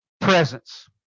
presence